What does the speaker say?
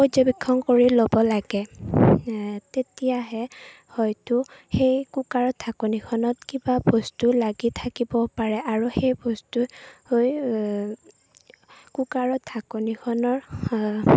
পৰ্যবেক্ষণ কৰি ল'ব লাগে তেতিয়াহে হয়তো সেই কুকাৰৰ ঢাকনিখনত কিবা বস্তু লাগি থাকিবও পাৰে আৰু সেই বস্তু হৈ কুকাৰৰ ঢাকনিখনৰ